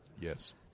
Yes